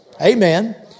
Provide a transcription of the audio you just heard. Amen